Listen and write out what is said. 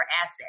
asset